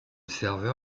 serveur